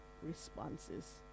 responses